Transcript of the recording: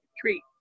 treat